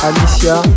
Alicia